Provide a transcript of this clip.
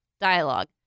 dialogue